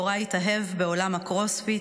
יוראי התאהב בעולם הקרוספיט,